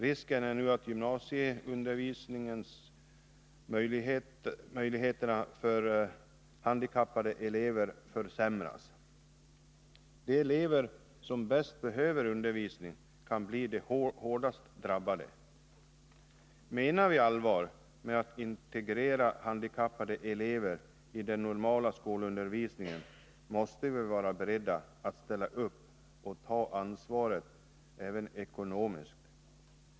Risken är nu att undervisningsmöjligheterna för handikappade elever försämras. De elever som bäst behöver undervisning kan bli de hårdast drabbade. Menar vi allvar med att integrera handikappade elever i den normala skolundervisningen måste vi vara beredda att ställa upp och ta ansvaret, även ekonomiskt.